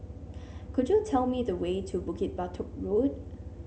could you tell me the way to Bukit Batok Road